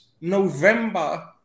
November